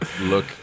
look